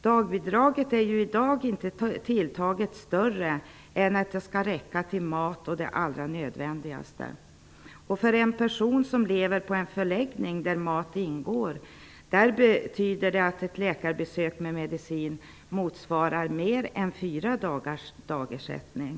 Dagbidraget är ju för närvarande inte större än att det räcker till mat och det allra nödvändigaste. För en person som lever på en förläggning där mat ingår kostar ett läkarbesök med medicin mer än fyra dagars dagersättning.